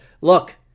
look